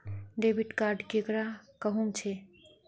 Debit card केकरा कहुम छे?